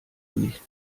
nicht